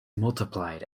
multiplied